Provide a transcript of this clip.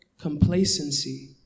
complacency